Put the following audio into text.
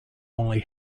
only